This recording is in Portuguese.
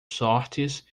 shorts